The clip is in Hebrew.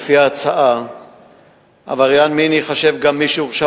ולפי ההצעה עבריין מין ייחשב גם מי שהורשע